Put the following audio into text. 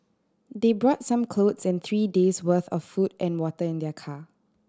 they brought some clothes and three days' worth of food and water in their car